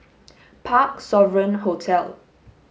Parc Sovereign Hotel